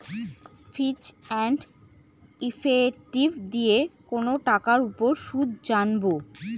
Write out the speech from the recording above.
ফিচ and effective দিয়ে কোনো টাকার উপর সুদ জানবো